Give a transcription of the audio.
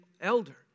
elder